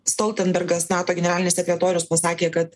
stoltenbergas nato generalinis sekretorius pasakė kad